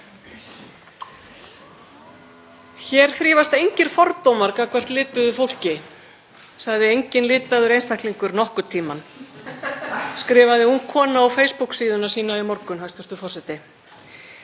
Hér þrífast engir fordómar gagnvart lituðu fólki, sagði enginn litaður einstaklingur nokkurn tímann, skrifaði ung kona á facebook-síðuna sína í morgun, hæstv. forseti.